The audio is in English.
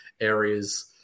areas